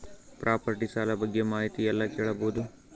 Property ಸಾಲ ಬಗ್ಗೆ ಮಾಹಿತಿ ಎಲ್ಲ ಕೇಳಬಹುದು?